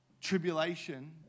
tribulation